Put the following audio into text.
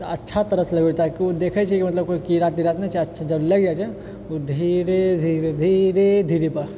तऽ अच्छा तरहसँ लगबै छियै ताकि ओ देखै छिऐ कि मतलब कोइ कीड़ा तीड़ा तऽ नहि छै आ जब लागि जाइ छै तऽ ओ धीरे धीरे धीरे धीरे